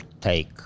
take